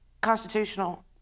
constitutional